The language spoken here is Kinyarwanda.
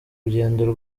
rugendo